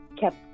kept